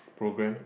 program